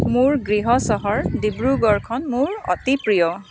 মোৰ গৃহ চহৰ ডিব্ৰুগড়খন মোৰ অতি প্ৰিয়